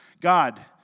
God